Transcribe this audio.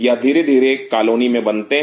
यह धीरे धीरे कॉलोनी में बनते हैं